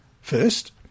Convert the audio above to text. First